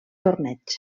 torneig